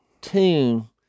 tune